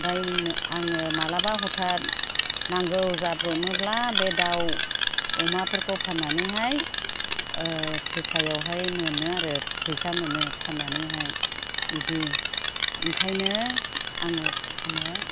ओमफ्राय आङो माब्लाबा हथाद नांगौ जाब्रबोब्ला बे दाउ अमाफोरखौ फान्नानैहाय थेखायावहाय मोनो आरो फैसा मोनो फाननानैहाय बिदि ओंखायनो आंङो फिसिनो